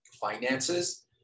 finances